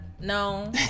No